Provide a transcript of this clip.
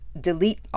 delete